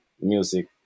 music